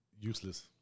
useless